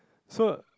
so